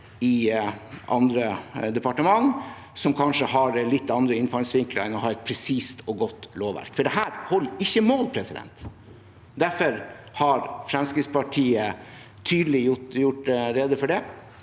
i andre departementer som kanskje har litt andre innfallsvinkler enn å ha et presist og godt lovverk, for dette holder ikke mål. Derfor har Fremskrittspartiet tydelig gjort rede for det,